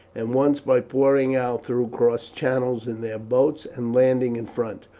and once by pouring out through cross channels in their boats and landing in front.